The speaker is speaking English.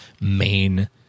main